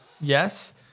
yes